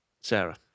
Sarah